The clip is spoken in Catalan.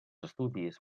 estudis